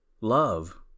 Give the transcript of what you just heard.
love